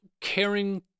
caring